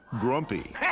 grumpy